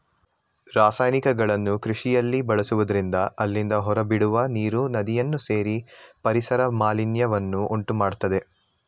ರಾಸಾಯನಿಕಗಳನ್ನು ಕೃಷಿಯಲ್ಲಿ ಬಳಸುವುದರಿಂದ ಅಲ್ಲಿಂದ ಹೊರಬಿಡುವ ನೀರು ನದಿಯನ್ನು ಸೇರಿ ಪರಿಸರ ಮಾಲಿನ್ಯವನ್ನು ಉಂಟುಮಾಡತ್ತದೆ